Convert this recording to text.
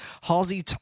Halsey